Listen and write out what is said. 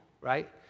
right